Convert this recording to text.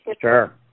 Sure